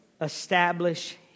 establish